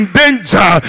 danger